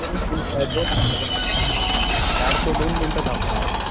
दोन मिनटं दोन मिनटं काढतो दोन मिनटं थांबा